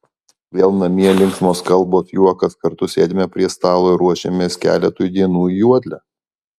vėl namie linksmos kalbos juokas kartu sėdime prie stalo ir ruošiamės keletui dienų į juodlę